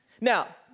Now